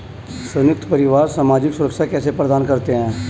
संयुक्त परिवार सामाजिक सुरक्षा कैसे प्रदान करते हैं?